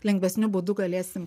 lengvesniu būdu galėsim